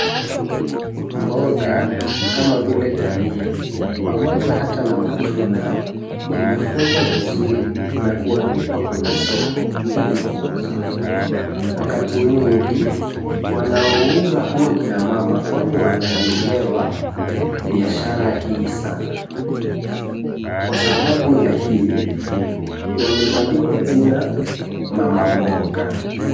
Mboga kama vile dania pamoja hata na matunda imefungwa vizuri na kuanikwa kwenye soko ili kuuzwa. Wakati mwingi, wanaouza huwa kina mama kwani wanaielewa biashara hii sana. Kwa sababu ya hii, wamebandikwa jina mama mboga.